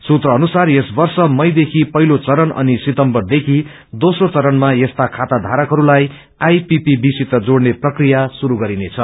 सूत्र अनुसार यस वर्ष मईदेखि पहिलो चरण अनि सितम्बरदेखि दोम्रो चरणमा यस्ता खाता धारकलाई आइपीपीबी सित जोड़ने प्रक्रिया शुरू गरिनेछ